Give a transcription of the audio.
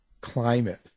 climate